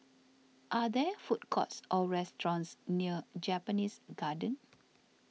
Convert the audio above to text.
are there food courts or restaurants near Japanese Garden